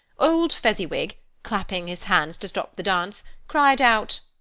old fezziwig, clapping his hands to stop the dance, cried out,